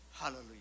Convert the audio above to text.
Hallelujah